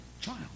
child